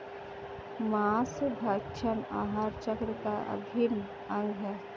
माँसभक्षण आहार चक्र का अभिन्न अंग है